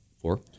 four